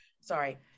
sorry